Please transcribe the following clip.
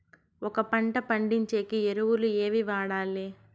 ఒక పంట పండించేకి ఎరువులు ఏవి వాడాలి?